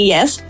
Yes